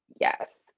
Yes